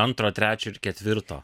antro trečio ir ketvirto